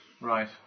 Right